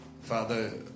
Father